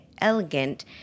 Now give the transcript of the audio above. elegant